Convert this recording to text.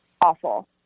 awful